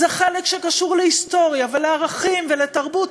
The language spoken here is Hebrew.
זה חלק שקשור להיסטוריה, לערכים, לתרבות.